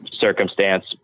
circumstance